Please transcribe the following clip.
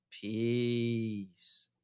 Peace